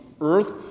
earth